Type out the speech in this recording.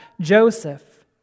Joseph